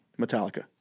Metallica